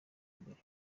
mbere